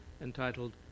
entitled